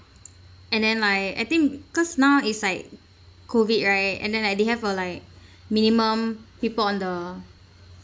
and then like I think cause now is like COVID right and then like they have a like minimum people on the